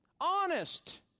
honest